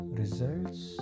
results